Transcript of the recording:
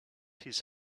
his